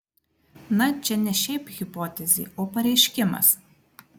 na čia ne šiaip hipotezė o pareiškimas